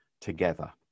together